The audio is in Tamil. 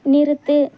நிறுத்து